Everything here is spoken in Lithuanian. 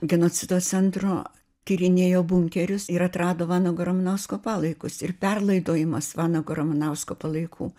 genocido centro tyrinėjo bunkerius ir atrado vanago ramanausko palaikus ir perlaidojimas vanago ramanausko palaikų